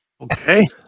Okay